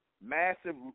Massive